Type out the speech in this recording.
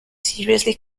seriously